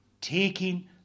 taking